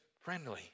friendly